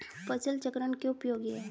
फसल चक्रण क्यों उपयोगी है?